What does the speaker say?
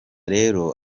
rero